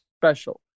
special